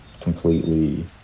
completely